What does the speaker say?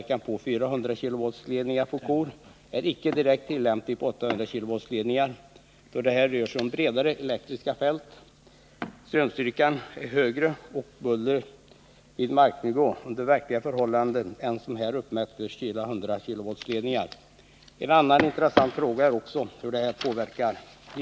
kor är icke direkt tillämplig på 800 kV-ledningar, då det här rör sig om bredare elektriska fält, högre strömstyrka och mer buller vid marknivå under verkliga förhållanden än som uppmätts för 400 kV-ledningar. En annan intressant fråga är hur vilda djur påverkas.